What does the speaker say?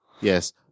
Yes